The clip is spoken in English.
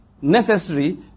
necessary